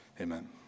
amen